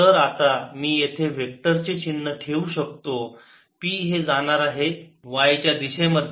तर आता मी येथे वेक्टर चे चिन्ह ठेवू शकतो p हे जाणार आहे y च्या दिशेमध्ये